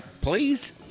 please